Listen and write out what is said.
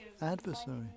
adversary